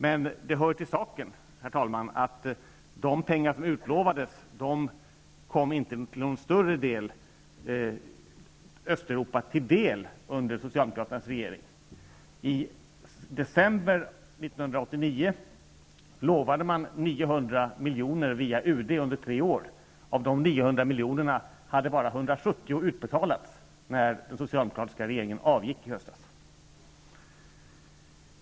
Men det hör till saken att de pengar som utlovades inte i någon större utsträckning kom Östeuropa till del under den socialdemokratiska regeringen. I december 1989 lovade man 900 miljoner via UD under tre år. Av dessa 900 miljoner hade endast 170 utbetalats när den socialdemokratiska regeringen avgick i höstas.